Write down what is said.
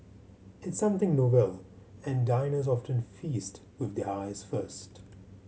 it's something novel and diners often feast with their eyes first